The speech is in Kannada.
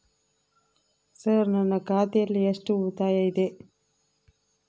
ಸರ್ ನನ್ನ ಖಾತೆಯಲ್ಲಿ ಎಷ್ಟು ಉಳಿತಾಯ ಇದೆ?